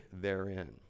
therein